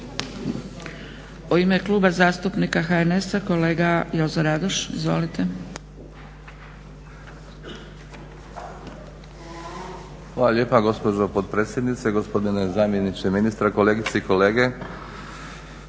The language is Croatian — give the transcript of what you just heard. U ime Kluba zastupnika HNS-a kolega Jozo Radoš. Izvolite. **Radoš, Jozo (HNS)** Hvala lijepa gospođo potpredsjednice. Gospodine zamjeniče ministra, kolegice i kolege.